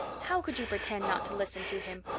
how could you pretend not to listen to him?